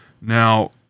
Now